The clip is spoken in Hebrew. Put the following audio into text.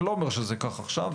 אני לא אומר שזה כך עכשיו,